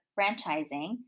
franchising